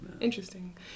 Interesting